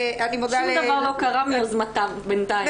שום דבר לא קרה מיוזמתם בינתיים, לצערנו.